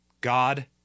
God